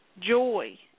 Joy